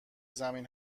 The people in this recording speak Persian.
زمین